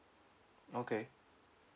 okay